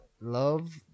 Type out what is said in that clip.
Love